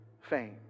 fame